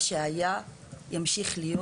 מה שהיה ימשיך להיות.